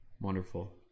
Wonderful